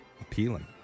appealing